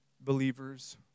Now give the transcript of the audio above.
believers